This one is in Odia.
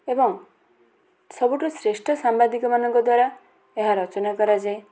ଏବଂ ସବୁଠୁ ଶ୍ରେଷ୍ଠ ସାମ୍ବାଦିକମାନଙ୍କ ଦ୍ଵାରା ଏହା ରଚନା କରାଯାଏ